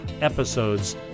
episodes